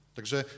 Także